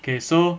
okay so